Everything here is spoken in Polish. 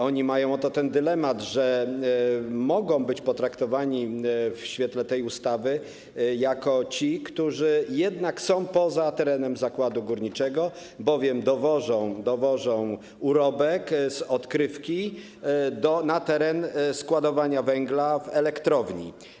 Oni mają dylemat, że mogą być potraktowani w świetle tej ustawy jak ci, którzy jednak są poza terenem zakładu górniczego, bowiem dowożą urobek z odkrywki na teren składowania węgla w elektrowni.